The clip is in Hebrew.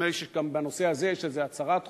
ונדמה לי שבנושא הזה יש איזו הצהרת חוק,